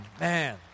Man